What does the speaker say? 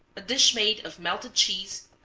a dish made of melted cheese,